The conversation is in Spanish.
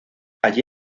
allí